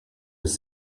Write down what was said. was